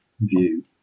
view